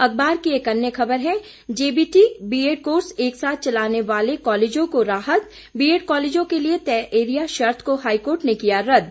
अख़बार की अन्य ख़बर है जेबीटी बीएड कोर्स एक साथ चलाने वाले कॉलेजों को राहत बीएड कॉलेजों के लिए तय ऐरिया शर्त को हाईकोर्ट ने किया रद्द